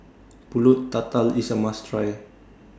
Pulut Tatal IS A must Try